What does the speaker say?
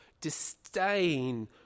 disdain